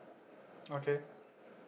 okay